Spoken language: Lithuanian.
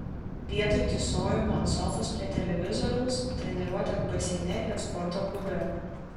vietoj tysojimo ant sofos prie televizoriaus treniruotės baseine ir sporto klube